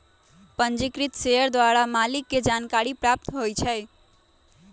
पंजीकृत शेयर द्वारा मालिक के जानकारी प्राप्त होइ छइ